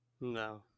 No